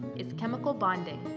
is chemical bonding.